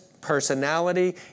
personality